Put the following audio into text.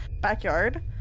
backyard